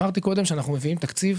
אמרתי קודם שאנחנו מביאים תקציב.